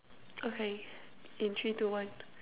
okay in three two one